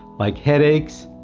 like headaches,